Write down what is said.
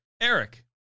Eric